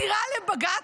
הוא הגיש עתירה לבג"ץ,